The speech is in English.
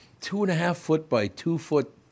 two-and-a-half-foot-by-two-foot